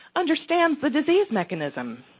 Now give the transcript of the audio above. understands the disease mechanism.